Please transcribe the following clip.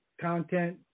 content